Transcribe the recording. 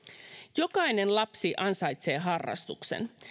jokainen lapsi ansaitsee harrastuksen